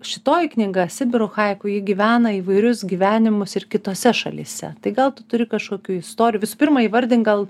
šitoji knyga sibiro haiku ji gyvena įvairius gyvenimus ir kitose šalyse tai gal tu turi kažkokių istorijų visų pirma įvardink gal